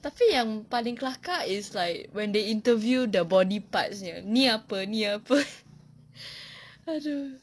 tapi yang paling kelakar is like when they interview the body parts punya ini apa ini apa !aduh!